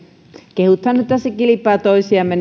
kehutaan nyt tässä kilpaa toisiamme